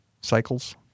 Cycles